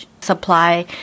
supply